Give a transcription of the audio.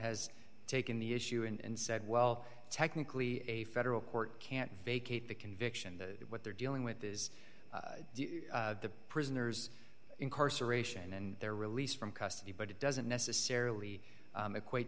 has taken the issue and said well technically a federal court can't vacate the conviction that what they're dealing with is the prisoner's incarceration and they're released from custody but it doesn't necessarily equate